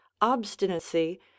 obstinacy